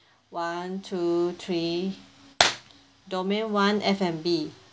one two three domain one F and B